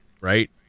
right